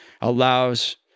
allows